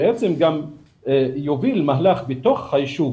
בעצם הוא יוביל מהלך בתוך הישוב